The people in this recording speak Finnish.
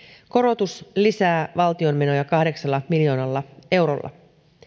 korotus lisää valtion menoja kahdeksalla miljoonalla eurolla